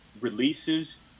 releases